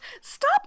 Stop